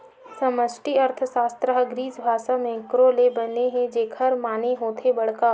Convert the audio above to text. समस्टि अर्थसास्त्र ह ग्रीक भासा मेंक्रो ले बने हे जेखर माने होथे बड़का